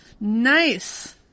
Nice